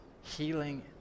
Healing